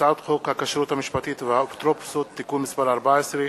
הצעת חוק הכשרות המשפטית והאפוטרופסות (תיקון מס' 14)